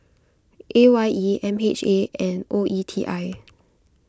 A Y E M H A and O E T I